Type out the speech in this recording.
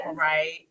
Right